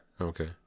Okay